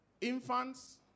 infants